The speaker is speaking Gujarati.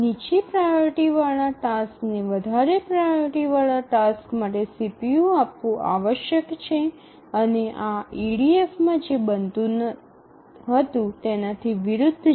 નીચી પ્રાઓરિટી વાળા ટાસ્કને વધારે પ્રાઓરિટી વાળા ટાસ્ક માટે સીપીયુ આપવું આવશ્યક છે અને આ ઇડીએફમાં જે બનતું હતું તેનાથી વિરુદ્ધ છે